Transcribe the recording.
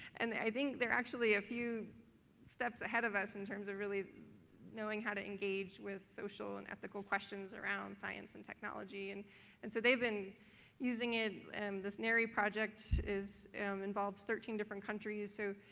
and i think they're actually a few steps ahead of us in terms of really knowing how to engage with social and ethical questions around science and technology. and and so they've been using it and this nerri project is involves thirteen different countries. so,